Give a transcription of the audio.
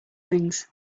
wings